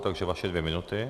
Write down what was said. Takže vaše dvě minuty.